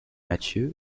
mathieu